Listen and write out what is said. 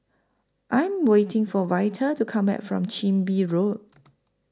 I Am waiting For Vita to Come Back from Chin Bee Road